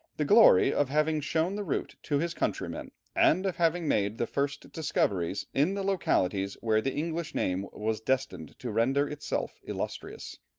the glory of having shown the route to his countrymen, and of having made the first discoveries in the localities where the english name was destined to render itself illustrious.